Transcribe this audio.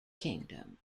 kingdom